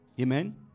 Amen